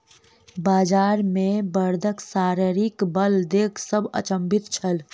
बजार मे बड़दक शारीरिक बल देख सभ अचंभित छल